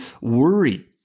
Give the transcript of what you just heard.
worry